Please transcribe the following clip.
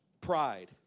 pride